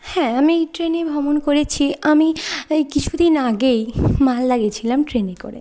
হ্যাঁ আমি ট্রেনে ভ্রমণ করেছি আমি এই কিছু দিন আগেই মালদা গিয়েছিলাম ট্রেনে করে